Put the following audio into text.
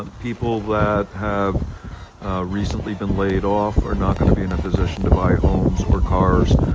um people that have recently been laid off are not going to be in a position to buy homes or cars.